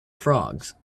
frogs